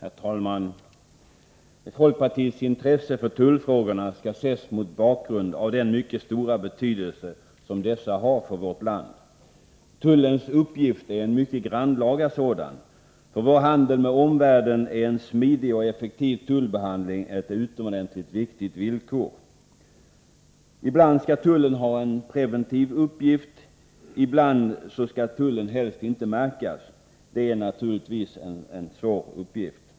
Herr talman! Folkpartiets intresse för tullfrågorna skall ses mot bakgrund av den mycket stora betydelse som dessa har för vårt land. Tullens uppgift är mycket grannlaga. För vår handel med omvärlden är en smidig och effektiv tullbehandling ett utomordentligt viktigt villkor. Ibland skall tullen ha en preventiv uppgift, och ibland skall tullen helst inte märkas. Att åstadkomma detta är naturligtvis en svår uppgift.